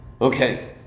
Okay